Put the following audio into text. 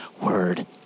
Word